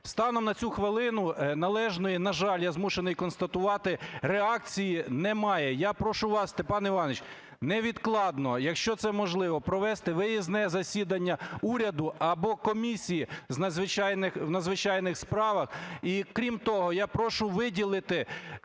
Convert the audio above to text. Станом на цю хвилину, належної, на жаль, я змушений констатувати, реакції немає. Я прошу вас, Степан Іванович, невідкладно, якщо це можливо, провести виїзне засідання уряду або комісії у надзвичайних справах. І крім того, я прошу виділити